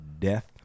death